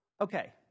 Okay